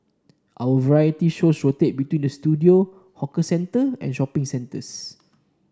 our variety shows rotate between the studio hawker centre and shopping centres